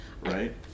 right